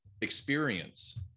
experience